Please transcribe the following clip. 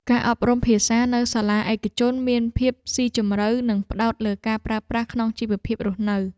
ការអប់រំភាសានៅសាលាឯកជនមានភាពស៊ីជម្រៅនិងផ្ដោតលើការប្រើប្រាស់ក្នុងជីវភាពរស់នៅ។